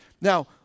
Now